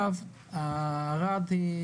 ערד היא